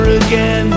again